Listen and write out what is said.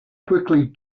quickly